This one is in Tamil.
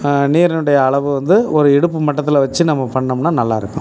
நீரினுடைய அளவு வந்து ஒரு இடுப்பு மட்டத்தில் வச்சி நம்ம பண்ணோம்னால் நல்லாருக்கும்